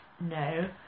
No